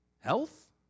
health